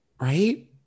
right